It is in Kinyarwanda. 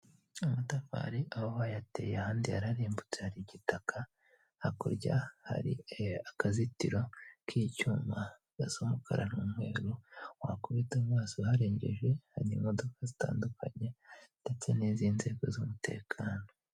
Amatafari aho bayateye ahandi yararimbutse hari igitaka, hakurya hari akazitiro k'icyuma gasa umukara n'umweru, wakubita amaso uharengeje hari imodoka zitandukanye ndetse n'izindi nzego z'umutekano.